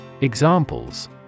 Examples